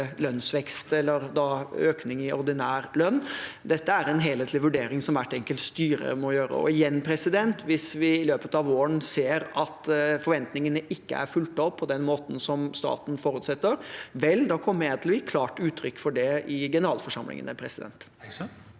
lønnsvekst eller økning i ordinær lønn. Dette er en helhetlig vurdering som hvert enkelt styre må gjøre. Igjen: Hvis vi i løpet av våren ser at forventningene ikke er fulgt opp på den måten som staten forutsetter, kommer jeg til å gi klart uttrykk for det i generalforsamlingene. Kirsti Bergstø